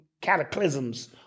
Cataclysms